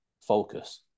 focus